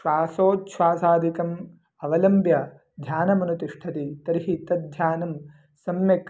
श्वासोछ्वासादिकम् अवलम्ब्य ध्यानमनुतिष्ठति तर्हि तद्ध्यानं सम्यक्